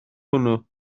hwnnw